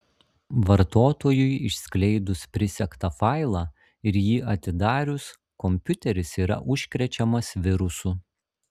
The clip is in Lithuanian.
vartotojui išskleidus prisegtą failą ir jį atidarius kompiuteris yra užkrečiamas virusu